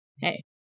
hey